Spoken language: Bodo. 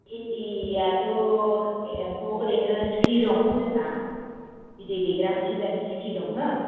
इन्दिआथ' एमफौ ओरैनो सिख्रि दं जोंहा बिदै दैग्रा मोनसे जाथनि सिख्रि दं हो